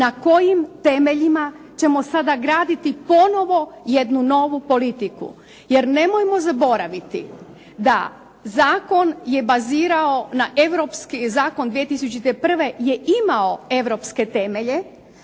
na kojim temeljima ćemo sada graditi ponovo jednu novu politiku. Jer nemojmo zaboraviti da zakon je bazirao na europski,